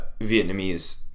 Vietnamese